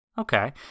Okay